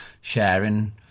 sharing